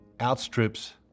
outstrips